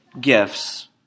gifts